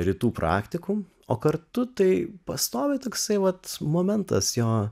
rytų praktikų o kartu tai pastovi toksai vat momentas jo